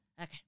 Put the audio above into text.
Okay